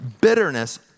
Bitterness